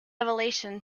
elevation